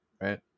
right